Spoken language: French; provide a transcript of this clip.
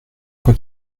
quoi